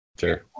Sure